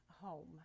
home